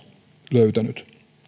löytänyt